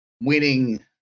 winning